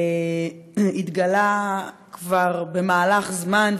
התגלה שכבר במהלך זמן,